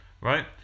Right